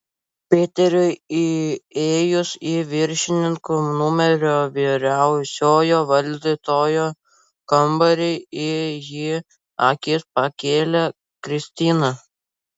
peteriui įėjus į viršininkų numerio vyriausiojo valdytojo kambarį į jį akis pakėlė kristina